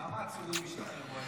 כמה עצורים השתחררו היום?